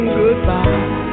goodbye